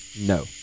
No